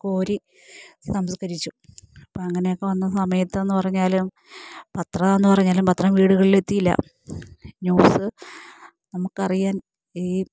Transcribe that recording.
കോരി സംസ്കരിച്ചു അപ്പോഴങ്ങനെയൊക്കെ വന്ന സമയത്തെന്നു പറഞ്ഞാലും പത്രമാണെന്നു പറഞ്ഞാലും പത്രം വീടുകളില് എത്തിയില്ല ന്യൂസ് നമുക്കറിയാൻ ഈ